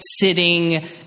sitting